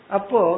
Apo